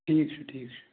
ٹھیٖک چھُ ٹھیٖک چھُ